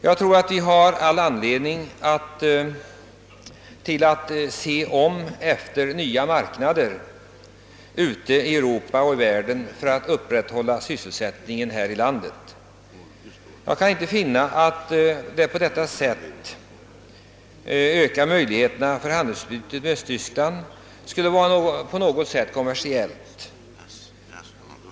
Vi har enligt min mening all anledning att se oss om efter nya marknader ute i Europa och i världen i övrigt för att upprätthålla sysselsättningen här i landet. Jag kan inte finna att en på detta sätt åstadkommen ökning av möjligheterna till handelsutbyte med Östtyskland skulle vara på något sätt kontroversiell.